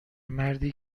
مردی